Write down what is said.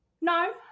No